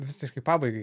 visiškai pabaigai